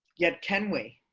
yet, can we